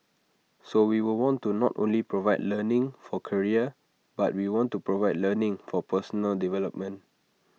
so we will want to not only provide learning for career but we want to provide learning for personal development